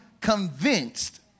convinced